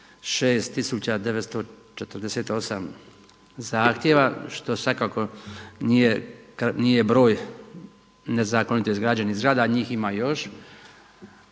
948 zahtjeva što svakako nije broj nezakonito izgrađenih zgrada, a njih ima još.